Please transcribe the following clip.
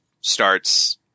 starts